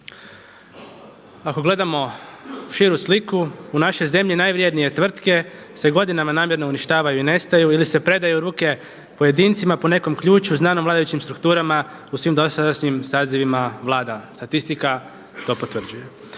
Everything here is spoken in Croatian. Ako gledamo širu sliku u našoj zemlji najvrijednije tvrtke se godinama namjerno uništavaju i nestaju ili se predaju u ruke pojedincima po nekom ključu znanom vladajućim strukturama u svim dosadašnjim sazivima Vlada. Statistika to potvrđuje.